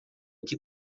que